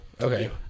Okay